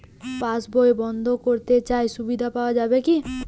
পাশ বই বন্দ করতে চাই সুবিধা পাওয়া যায় কি?